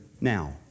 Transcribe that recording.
now